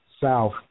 South